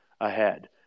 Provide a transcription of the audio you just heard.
ahead